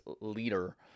leader